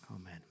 Amen